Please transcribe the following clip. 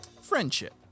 Friendship